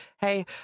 Hey